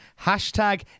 Hashtag